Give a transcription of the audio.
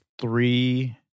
three